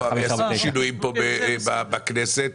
השינויים בכנסת